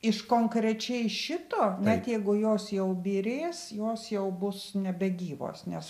iš konkrečiai šito net jeigu jos jau byrės jos jau bus nebegyvos nes